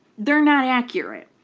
they're not accurate.